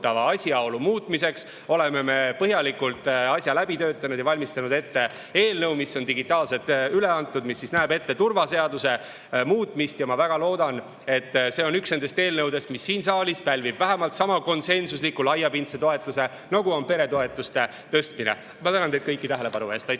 asjaolu muutmiseks oleme me põhjalikult asja läbi töötanud ja valmistanud ette eelnõu, mis on digitaalselt üle antud ja näeb ette turvaseaduse muutmise. Ma väga loodan, et see on üks nendest eelnõudest, mis pälvib siin saalis vähemalt sama konsensusliku ja laiapindse toetuse, nagu on pälvinud peretoetuste tõstmine. Ma tänan teid kõiki tähelepanu eest!